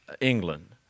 England